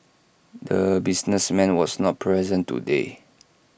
the businessman was not present today